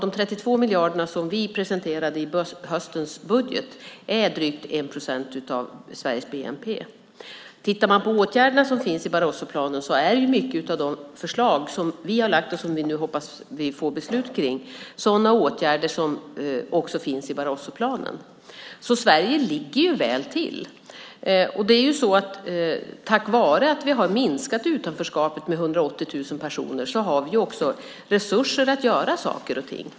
De 32 miljarder som vi presenterade i höstens budget är drygt 1 procent av Sveriges bnp. Tittar man på åtgärderna som finns i Barrosoplanen är många av dem förslag som vi har lagt fram och som vi nu hoppas få beslut om. Det är sådana åtgärder som också finns i Barrosoplanen. Sverige ligger väl till. Tack vare att vi har minskat utanförskapet med 180 000 personer har vi också resurser att göra saker och ting.